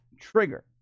trigger